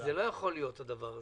זה לא יכול להיות הדבר הזה,